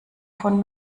von